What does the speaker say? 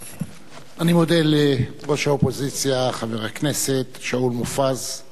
אני מודה לראש האופוזיציה חבר הכנסת שאול מופז על דבריו.